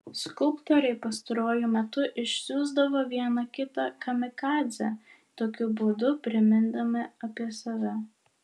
skulptoriai pastaruoju metu išsiųsdavo vieną kitą kamikadzę tokiu būdu primindami apie save